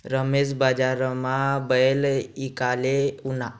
रमेश बजारमा बैल ईकाले ऊना